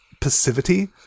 passivity